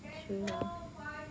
true